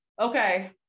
Okay